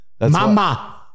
Mama